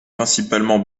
principalement